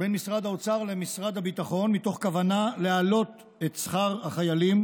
בין משרד האוצר למשרד הביטחון מתוך כוונה להעלות את שכר החיילים,